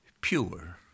pure